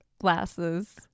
glasses